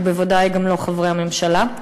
ובוודאי גם לא חברי הממשלה.